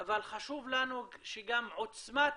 אבל חשוב לנו שגם עוצמת